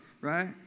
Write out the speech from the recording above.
right